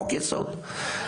חוק יסוד,